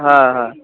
হ্যাঁ হ্যাঁ